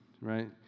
right